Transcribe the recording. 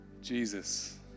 Jesus